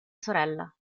sorella